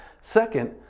Second